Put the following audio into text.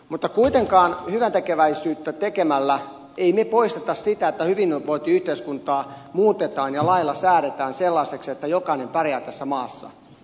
mutta kuitenkaan hyväntekeväisyyttä tekemällä emme me poista sitä että hyvinvointiyhteiskuntaa muutetaan ja lailla säädetään sellaiseksi että jokainen pärjää tässä maassa